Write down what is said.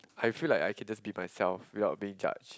I feel like I can just be myself without being judged